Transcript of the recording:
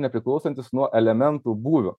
nepriklausantis nuo elementų būvio